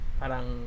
parang